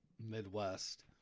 Midwest